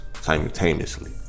simultaneously